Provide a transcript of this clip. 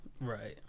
Right